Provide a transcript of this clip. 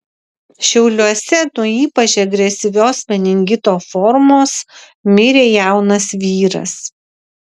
šiauliuose nuo ypač agresyvios meningito formos mirė jaunas vyras